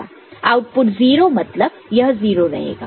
output 0 मतलब यह 0 रहेगा